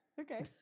Okay